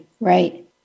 right